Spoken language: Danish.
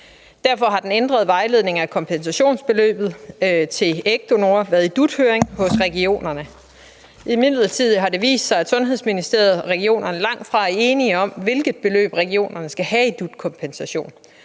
Derfor har den ændrede vejledning af kompensationsbeløbet til ægdonorer været i DUT-høring hos regionerne. Imidlertid har det vist sig, at Sundhedsministeriet og regionerne langtfra er enige om, hvilket beløb regionerne skal have i DUT-kompensation.